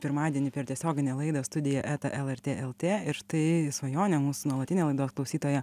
pirmadienį per tiesioginę laidą studija eta lrt lt ir štai svajonė mūsų nuolatinė laidos klausytoja